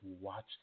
watch